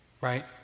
Right